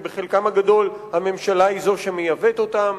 שחלקם הגדול הממשלה היא שמייבאת אותם.